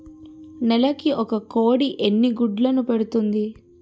నెలకి ఒక కోడి ఎన్ని గుడ్లను పెడుతుంది?